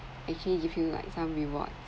actually give you like some rewards